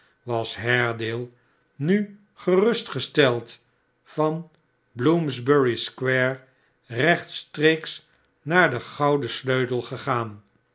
was haredale nu gerustgesteld van bloomsbury square rechtstreeks naar de gouden sleutel gegaan